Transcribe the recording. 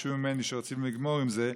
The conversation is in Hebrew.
ביקשו ממני שרוצים לגמור עם זה,